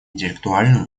интеллектуальную